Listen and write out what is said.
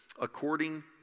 according